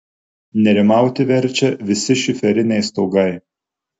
nerimauti verčia visi šiferiniai stogai